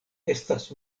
estas